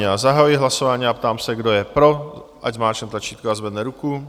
Já zahajuji hlasování a ptám se, kdo je pro, ať zmáčkne tlačítko a zvedne ruku.